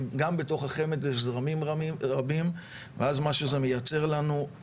גם בתוך החמ"ד יש זרמים רבים ואז מה שזה מייצר לנו,